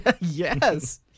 Yes